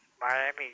Miami